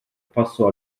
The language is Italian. passò